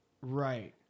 right